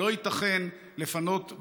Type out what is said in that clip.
לא ייתכן לפנות,